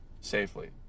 safely